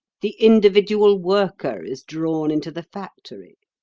the individual worker is drawn into the factory.